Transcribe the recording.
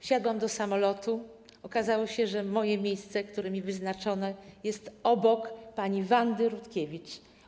Wsiadłam do samolotu, okazało się, że miejsce, które mi wyznaczono, jest obok pani Wandy Rutkiewicz.